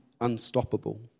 unstoppable